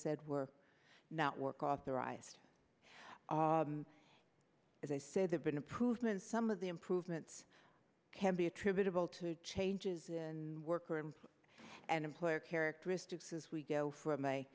said were not work authorized as i said they've been improvements some of the improvements can be attributable to changes in worker and an employer characteristics as we go from a